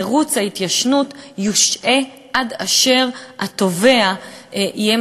מירוץ ההתיישנות יושעה עד אשר התובע יהיה